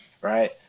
right